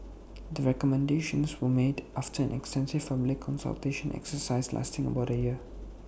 the recommendations were made after an extensive public consultation exercise lasting about A year